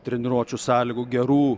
treniruočių sąlygų gerų